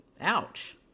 Ouch